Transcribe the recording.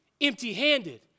empty-handed